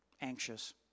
anxious